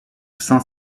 saint